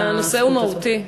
הנושא הוא מהותי.